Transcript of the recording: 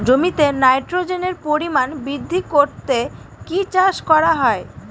জমিতে নাইট্রোজেনের পরিমাণ বৃদ্ধি করতে কি চাষ করা হয়?